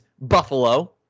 Buffalo